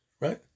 Right